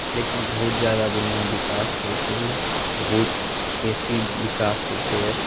लेकिन बहुत ज्यादा दुनिआँ विकास केलकैए बहुत बेसी विकास केलकैए